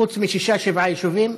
חוץ משישה-שבעה יישובים.